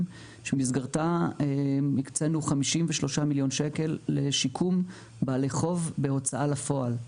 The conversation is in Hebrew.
שבמסגרתה הקצינו 53 מיליון שקל לשיקום בעלי חוב בהוצאה לפועל.